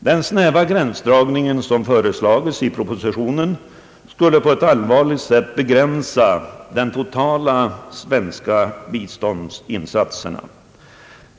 Den snäva gränsdragning som föreslagits i propositionen skulle på ett allvarligt sätt begränsa de totala svenska biståndsinsatserna.